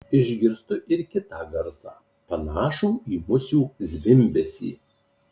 išgirstu ir kitą garsą panašų į musių zvimbesį